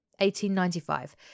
1895